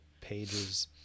pages